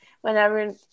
whenever